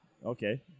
Okay